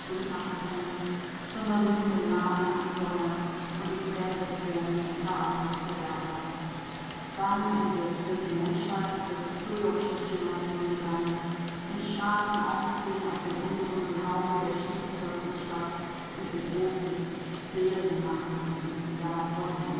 machen können sondern nur den magen ansäuern und die zähne des willens und charakters verderben wann endlich wird die menschheit des trügerischen schimmers müde sein in scharen ausziehen aus dem ungesunden hause der stiefmutter großstadt und im großen ferien machen von diesem